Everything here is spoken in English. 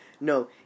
No